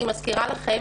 אני מזכירה לכם,